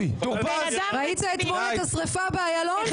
ראית אתמול את השריפה באיילון?